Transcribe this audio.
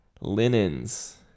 linens